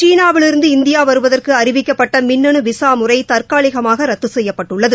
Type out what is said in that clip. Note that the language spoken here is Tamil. சீனாவிலிருந்து இந்தியா வருவதற்கு அறிவிக்கப்பட்ட மின்னனு விசா முறை தற்காலிகமாக ரத்து செய்யப்பட்டுள்ளது